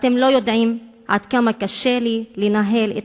אתם לא יודעים עד כמה קשה לי לנהל את